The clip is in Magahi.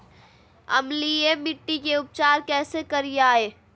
अम्लीय मिट्टी के उपचार कैसे करियाय?